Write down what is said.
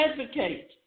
advocate